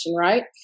Right